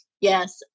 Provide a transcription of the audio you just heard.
Yes